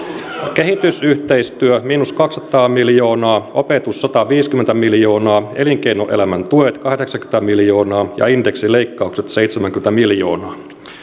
kehitysyhteistyö miinus kaksisataa miljoonaa opetus sataviisikymmentä miljoonaa elinkeinoelämän tuet kahdeksankymmentä miljoonaa ja indeksileikkaukset seitsemänkymmentä miljoonaa